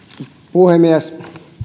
puhemies